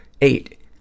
Eight